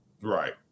Right